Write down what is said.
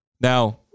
Now